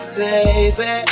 baby